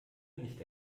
nicht